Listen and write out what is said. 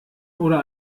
oder